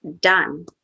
done